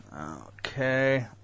Okay